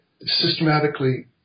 systematically